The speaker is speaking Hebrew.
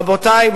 רבותי,